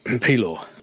P-Law